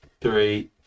Three